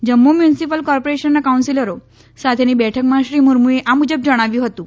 Jammu municipal કોર્પોરેશનના કાઉન્સીલરો સાથેની બેઠકમાં શ્રી મુર્મુએ આ મુજબ જણાવ્યું હતું